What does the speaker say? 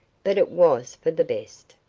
but it was for the best.